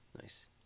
Nice